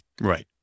Right